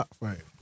right